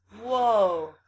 Whoa